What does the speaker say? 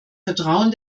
vertrauen